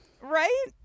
Right